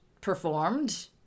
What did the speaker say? performed